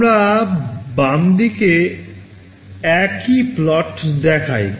আমরা বাম দিকে একই প্লট দেখাই